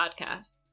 podcast